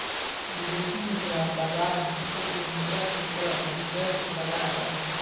विदेशी मुद्रा बाजार विश्व के मुद्रा के क्रय विक्रय के बाजार हय